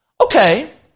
Okay